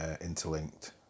interlinked